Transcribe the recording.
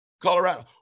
Colorado